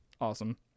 awesome